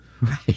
Right